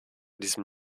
diesen